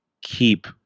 keep